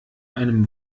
einem